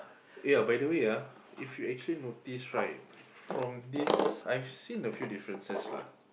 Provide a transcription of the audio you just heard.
ya by the way ah if you actually notice right from this I've seen a few differences lah